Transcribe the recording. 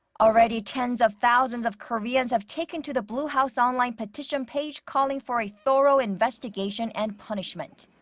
already, tens of thousands of koreans have taken to the blue house online petition page, calling for a thorough investigation and punishment.